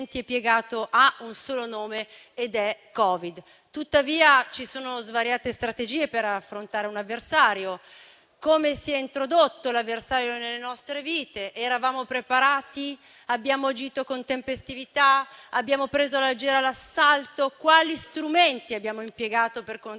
e piegato ha un solo nome ed è Covid. Ci sono tuttavia svariate strategie per affrontare un avversario. Come si è introdotto l'avversario nelle nostre vite? Eravamo preparati? Abbiamo agito con tempestività? Abbiamo preso alla leggera l'assalto? Quali strumenti abbiamo impiegato per contrastarlo?